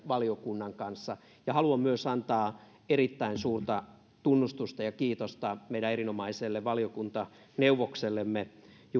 valiokunnan kanssa haluan myös antaa erittäin suurta tunnustusta ja kiitosta meidän erinomaiselle valiokuntaneuvoksellemme